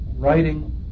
Writing